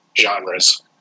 genres